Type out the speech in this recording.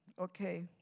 Okay